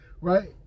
right